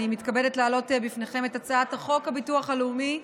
אני מתכבדת להעלות בפניכם את הצעת חוק הביטוח הלאומי (תיקון,